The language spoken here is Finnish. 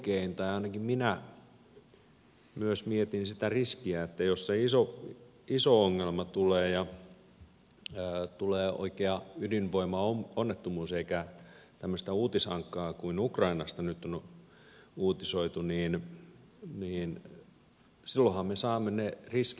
ainakin minä myös mietin sitä riskiä että jos se iso ongelma tulee ja tulee oikea ydinvoimaonnettomuus eikä tämmöistä uutisankkaa kuin ukrainasta nyt on uutisoitu niin silloinhan me saamme ne riskit edelleen